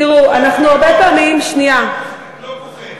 תראו, אנחנו הרבה פעמים, שנייה, את לא פוחדת?